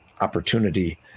opportunity